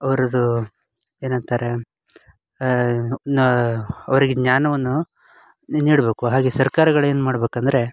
ಅವ್ರದ್ದು ಏನಂತಾರೆ ನ ಅವರಿಗೆ ಜ್ಞಾನವನ್ನು ನೀಡಬೇಕು ಹಾಗೆ ಸರ್ಕಾರಗಳು ಏನು ಮಾಡಬೇಕಂದ್ರೆ